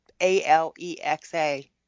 A-L-E-X-A